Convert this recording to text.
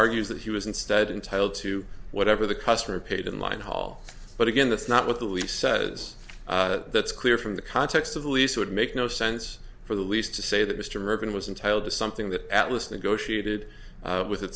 argues that he was instead entitle to whatever the customer paid in line haul but again that's not what the lease says that's clear from the context of the lease would make no sense for the lease to say that mr mervyn was entitled to something that atlas negotiated with